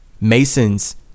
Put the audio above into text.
Masons